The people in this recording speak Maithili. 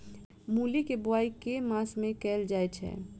मूली केँ बोआई केँ मास मे कैल जाएँ छैय?